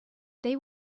they